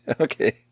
Okay